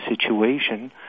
situation